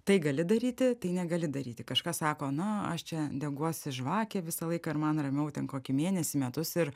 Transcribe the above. tai gali daryti tai negali daryti kažką sako na aš čia deguosi žvakę visą laiką ir man ramiau ten kokį mėnesį metus ir